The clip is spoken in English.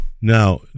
Now